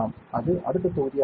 அது அடுத்த தொகுதியாக இருக்கும்